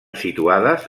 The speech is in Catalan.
situades